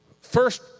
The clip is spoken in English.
First